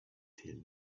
tell